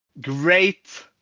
Great